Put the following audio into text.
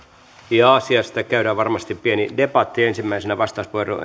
asiasta käydään varmasti pieni debatti ensimmäisenä vastauspuheenvuoro